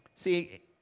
See